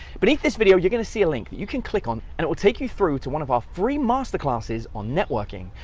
beneath this video, you're gonna see a link that you can click on and it will take you through to one of our free master classes on networking.